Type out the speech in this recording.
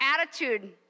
attitude